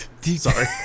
Sorry